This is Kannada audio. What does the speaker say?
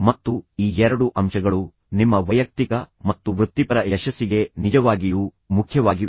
ಮತ್ತು ಈ ಎರಡು ಅಂಶಗಳು ನಿಮ್ಮ ವೈಯಕ್ತಿಕ ಮತ್ತು ವೃತ್ತಿಪರ ಯಶಸ್ಸಿಗೆ ನಿಜವಾಗಿಯೂ ಮುಖ್ಯವಾಗಿವೆ